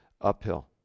uphill